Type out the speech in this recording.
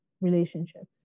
relationships